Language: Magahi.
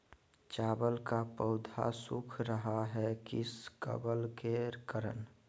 चावल का पौधा सुख रहा है किस कबक के करण?